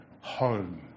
home